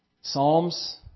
Psalms